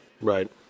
Right